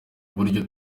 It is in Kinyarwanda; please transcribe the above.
uburyo